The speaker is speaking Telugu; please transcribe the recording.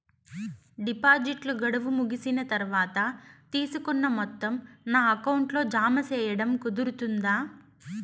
డిపాజిట్లు గడువు ముగిసిన తర్వాత, తీసుకున్న మొత్తం నా అకౌంట్ లో జామ సేయడం కుదురుతుందా?